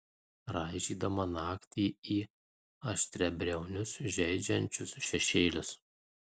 raižydama naktį į aštriabriaunius žeidžiančius šešėlius